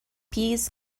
peas